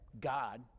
God